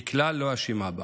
שהיא כלל לא אשמה בה